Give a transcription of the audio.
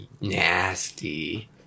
nasty